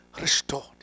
restored